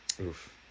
Oof